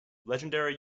legendary